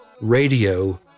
radio